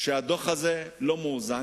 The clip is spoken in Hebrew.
שהדוח הזה לא מאוזן,